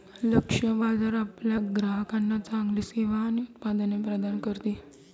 लक्ष्य बाजार आपल्या ग्राहकांना चांगली सेवा आणि उत्पादने प्रदान करते